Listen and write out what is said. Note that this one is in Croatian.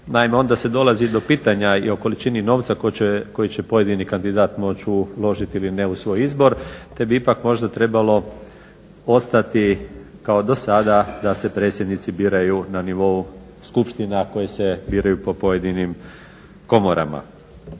Naime, onda se dolazi do pitanja i o količini novca koje će pojedini kandidat moći uložiti ili ne u svoj izbor. Te bi ipak možda trebalo ostati kao do sada da se predsjednici biraju na nivou skupština koje se biraju po pojedinim komorama.